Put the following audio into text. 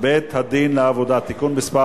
בית-הדין לעבודה (תיקון מס'